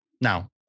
Now